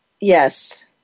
Yes